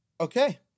okay